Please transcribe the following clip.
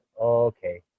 okay